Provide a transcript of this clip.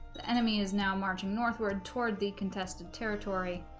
enemy is now marching northward toward the contested territory